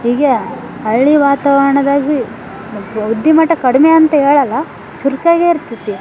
ಹೀಗೆ ಹಳ್ಳಿ ವಾತಾವರಣದಾಗಿ ಬುದ್ದಿಮಟ್ಟ ಕಡಿಮೆ ಅಂತ ಹೇಳಲ್ಲ ಚುರ್ಕಾಗೇ ಇರ್ತತಿ